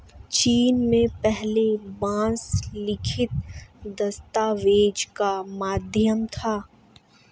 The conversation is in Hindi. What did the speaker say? चीन में पहले बांस लिखित दस्तावेज का माध्यम था